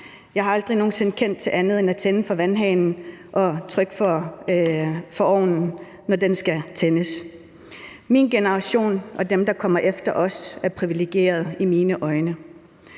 Jeg har aldrig nogen sinde kendt til andet end at åbne for vandhanen og trykke på en knap på ovnen, når den skulle tændes. Min generation og dem, der kommer efter os, er privilegeret i mine øjne.